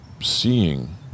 seeing